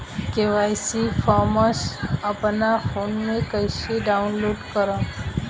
KYC form अपना phone मे कइसे डाऊनलोड करेम?